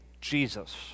Jesus